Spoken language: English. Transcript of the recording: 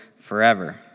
forever